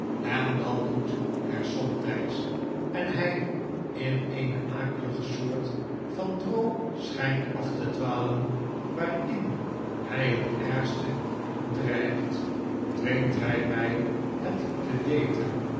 en dat doet er somtijds en hij in eene akelige soort van droom schijnt af te dwalen waarin hij het ergste dreigt dwingt hy my het te weten